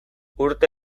urte